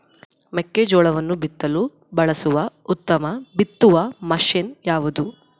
ಮೆಕ್ಕೆಜೋಳವನ್ನು ಬಿತ್ತಲು ಬಳಸುವ ಉತ್ತಮ ಬಿತ್ತುವ ಮಷೇನ್ ಯಾವುದು?